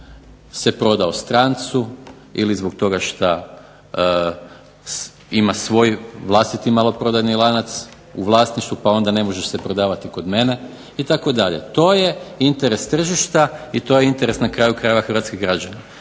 se prodao strancu ili zbog toga što ima svoj vlastiti maloprodajni lanac u vlasništvu pa onda ne može se prodavati kod mene itd. To je interes tržišta i to je interes na kraju krajeva hrvatskih građana.